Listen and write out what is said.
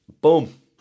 Boom